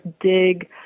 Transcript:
dig